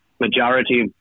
majority